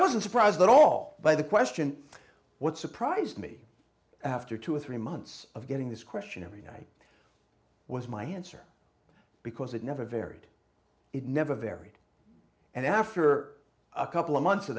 wasn't surprised at all by the question what surprised me after two or three months of getting this question every night was my answer because it never varied it never varied and after a couple of months of